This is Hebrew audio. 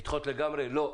לדחות לגמרי לא.